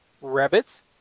Rabbits